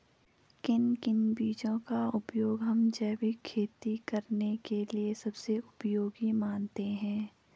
किन किन बीजों का उपयोग हम जैविक खेती करने के लिए सबसे उपयोगी मानते हैं?